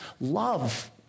love